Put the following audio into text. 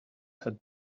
had